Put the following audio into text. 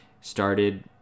started